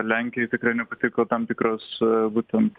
lenkijai tikrai nepatiko tam tikras būtent